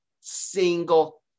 single